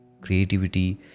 Creativity